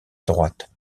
droite